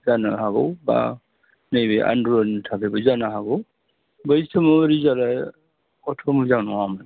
जानो हागौ बा नैबे आन्दलननि थाखायबो जानो हागौ बै समाव रिजाल्टआ एथ' मोजां नङामोन